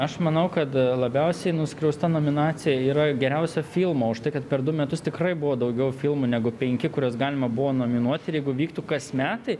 aš manau kad labiausiai nuskriausta nominacija yra geriausio filmo už tai kad per du metus tikrai buvo daugiau filmų negu penki kuriuos galima buvo nominuoti ir jeigu vyktų kas metai